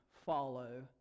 follow